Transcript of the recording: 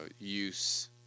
use